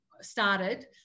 started